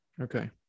Okay